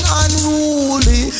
unruly